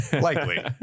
Likely